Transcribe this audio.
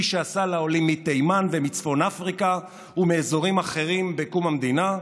כפי שעשה לעולים מתימן ומצפון אפריקה ומאזורים אחרים בקום המדינה,